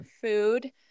food